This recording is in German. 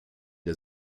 der